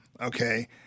Okay